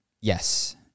yes